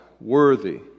worthy